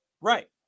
Right